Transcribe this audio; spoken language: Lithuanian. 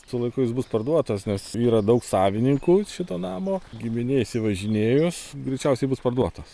su laiku jis bus parduotas nes yra daug savininkų šito namo giminė išsivažinėjus greičiausiai bus parduotas